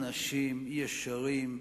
אנשים ישרים,